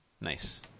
Nice